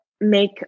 make